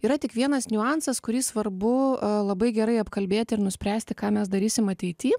yra tik vienas niuansas kurį svarbu labai gerai apkalbėti ir nuspręsti ką mes darysim ateity